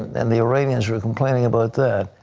and the iranians were complaining about that,